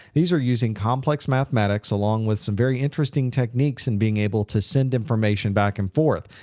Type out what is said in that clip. these are using complex mathematics along with some very interesting techniques in being able to send information back and forth.